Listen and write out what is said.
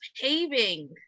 paving